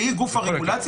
שהיא גוף הרגולציה,